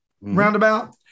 Roundabout